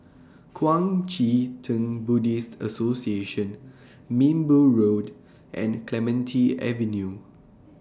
Kuang Chee Tng Buddhist Association Minbu Road and Clementi Avenue